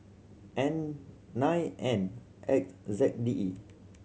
N nine N X Z D E